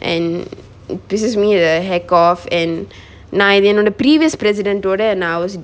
and this is me a heck of and நா இது என்னோட:na ithu ennoda previous president ஓட நா:oda na was